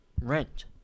rent